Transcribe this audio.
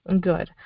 good